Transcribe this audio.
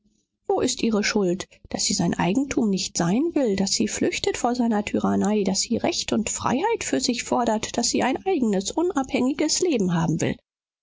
wo ist ihre schuld daß sie sein eigentum nicht sein will daß sie flüchtet vor seiner tyrannei daß sie recht und freiheit für sich fordert daß sie ein eigenes unabhängiges leben haben will